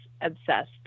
obsessed